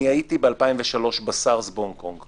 הייתי ב-2003 כשהיה הסארס בהונג קונג,